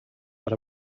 but